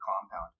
compound